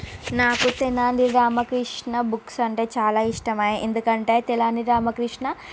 నాకు తెనాలి రామకృష్ణ బుక్స్ అంటే చాలా ఇష్టం ఎందుకంటే తెనాలి రామకృష్ణ